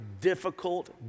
difficult